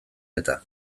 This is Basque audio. eta